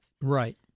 Right